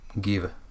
give